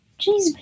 Jeez